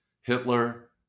Hitler